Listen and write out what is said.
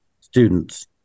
students